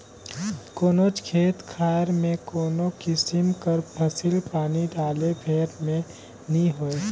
कोनोच खेत खाएर में कोनो किसिम कर फसिल पानी डाले भेर में नी होए